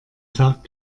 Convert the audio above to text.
tag